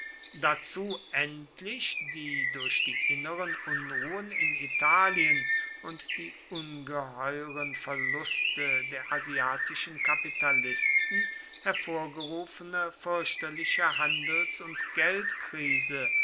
dazu endlich die durch die inneren unruhen in italien und die ungeheuren verluste der asiatischen kapitalisten hervorgerufene fürchterliche handels und geldkrise